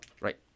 right